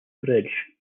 bridge